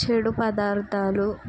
చెడు పదార్థాలు